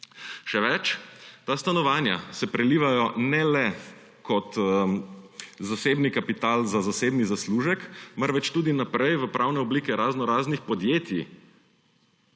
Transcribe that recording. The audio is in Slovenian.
Še več, ta stanovanja se prelivajo ne le kot zasebni kapital za zasebni zaslužek, marveč tudi naprej v pravne oblike raznoraznih podjetij,